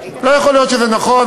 לא יכול להיות שזה נכון.